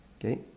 okay